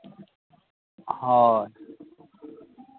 ᱦᱳᱭ